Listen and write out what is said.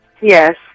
Yes